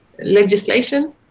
legislation